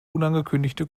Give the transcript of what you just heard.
unangekündigte